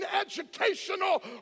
educational